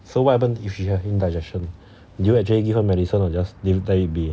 so what happen if she had indigestion do your actually give her medicine or just let her be